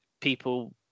people